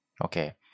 Okay